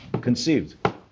Conceived